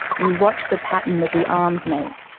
you watch the pattern that the arms make.